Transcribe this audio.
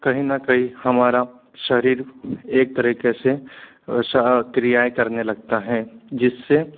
कहीं ना कही हमारा शरीर एक तरीक़े से सा क्रियाऍं करने लगता हैं जिस से